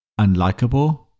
unlikable